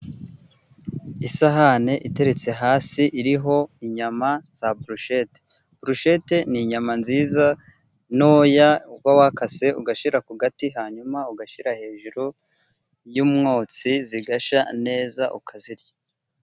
Isahane iteretse hasi iriho inyama za burushete. Burushete ni inyama nziza ntoya uba wakase ugashyira ku gati hanyuma ugashyira hejuru y'umwotsi zigashya neza ukazirya.